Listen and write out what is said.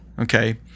okay